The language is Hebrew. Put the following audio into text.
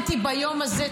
איבדתי, לא קברתי.